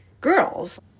girls